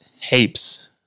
heaps